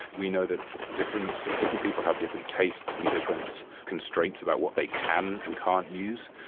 we know that different different people have different tastes and different constraints about what they can and can't use.